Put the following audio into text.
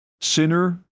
Sinner